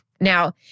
Now